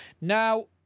Now